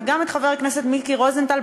וגם את חבר הכנסת מיקי רוזנטל,